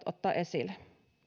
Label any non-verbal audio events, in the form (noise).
(unintelligible) ottaa esille